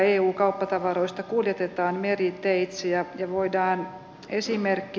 detta är den viktigaste uppgiften för finlands regering